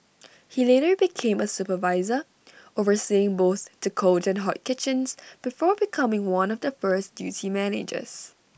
he later became A supervisor overseeing both the cold and hot kitchens before becoming one of the first duty managers